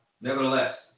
nevertheless